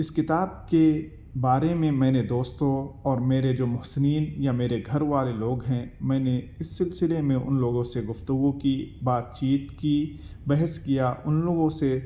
اس کتاب کے بارے میں میں نے دوستوں اور میرے جو محسنین یا میرے گھر والے لوگ ہیں میں نے اس سلسلے میں ان لوگوں سے گفتگو کی بات چیت کی بحث کیا ان لوگوں سے